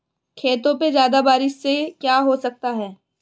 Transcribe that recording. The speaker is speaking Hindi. खेतों पे ज्यादा बारिश से क्या हो सकता है?